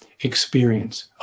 experience